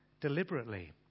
deliberately